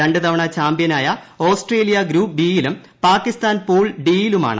രണ്ട് ് തവണ ചാമ്പ്യനായി ഓസ്ട്രേലിയ ഗ്രൂപ്പ് ബിയിലും പാകിസ്ഥാൻ പൂൾ ഡിയുമാണ്